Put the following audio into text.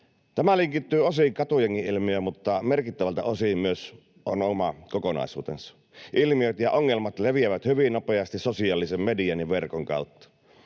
Tämä linkittyy osin katujengi-ilmiöön, mutta on merkittäviltä osin myös oma kokonaisuutensa. Ilmiöt ja ongelmat leviävät hyvin nopeasti sosiaalisen median ja verkon kautta.